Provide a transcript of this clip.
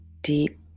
deep